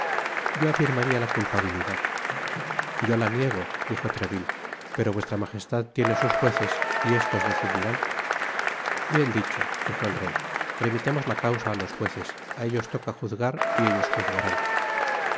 yo afirmaría la culpabilidad yo la niego dijo treville pero v m tiene sus jueces y estos decidirán bien dicho dijo el rey remitamos la causa á los jueces á ellos toca juzgar y ellos juzgarán